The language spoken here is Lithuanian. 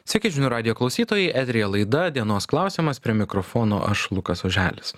sveiki žinių radijo klausytojai eteryje laida dienos klausimas prie mikrofono aš lukas oželis